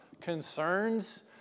concerns